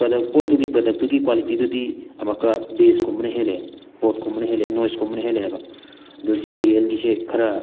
product ꯄꯣꯠꯇꯨꯒꯤ ꯄ꯭ꯔꯗꯛꯇꯨꯒꯤ ꯀ꯭ꯋꯥꯂꯤꯇꯤꯗꯨꯗꯤ ꯑꯃꯨꯛꯀ ꯕꯦꯁꯀꯨꯝꯕꯅ ꯍꯦꯜꯂꯦ ꯚꯣꯠꯀꯨꯝꯕꯅ ꯍꯦꯜꯂꯦ ꯅꯣꯏꯖꯀꯨꯝꯕꯅ ꯍꯦꯜꯂꯛꯑꯦꯕ ꯑꯗꯨ ꯖꯦ ꯕꯤ ꯑꯦꯜꯒꯤꯁꯦ ꯈꯔ